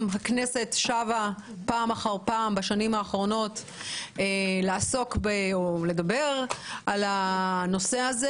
הכנסת שבה פעם אחר פעם בשנים האחרונות לעסוק או לדבר על הנושא הזה